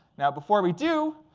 now, before we do,